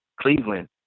Cleveland